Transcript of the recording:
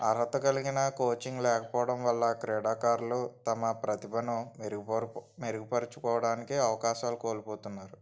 అర్హత కలిగిన కోచింగ్ లేకపోవడం వల్ల క్రీడాకారులు తమ ప్రతిభను మెరుగుపరు మెరుగుపరుచుకోవడానికి అవకాశాలు కోల్పోతున్నారు